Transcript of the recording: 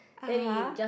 (uh huh)